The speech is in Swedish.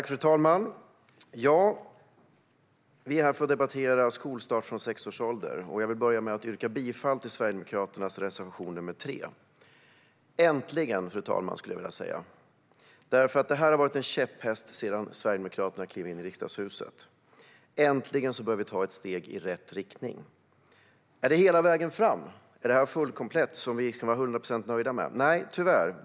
Fru talman! Vi är här för att debattera skolstart från sex års ålder. Jag vill börja med att yrka bifall till Sverigedemokraternas reservation 3. Äntligen, fru talman! Det här har ju varit en käpphäst sedan Sverigedemokraterna klev in i riksdagshuset. Äntligen börjar vi ta ett steg i rätt riktning! Är det hela vägen fram? Är det här fullt komplett så att vi kan vara hundra procent nöjda? Nej, tyvärr.